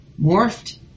morphed